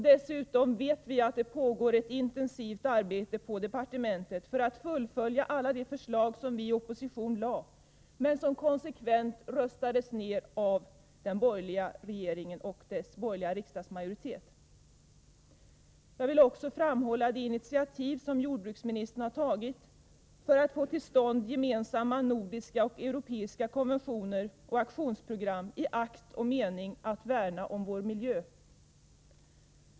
Dessutom vet vi att det pågår ett intensivt arbete på departementet för att fullfölja alla de förslag som vi i opposition lade fram men som konsekvent röstades ned av den borgerliga regeringen och dess borgerliga riksdagsmajoritet. Jag vill också framhålla de initiativ som jordbruksministern har tagit för att få till stånd gemensamma nordiska och europeiska konventioner och aktionsprogram i akt och mening att värna om vår miljö.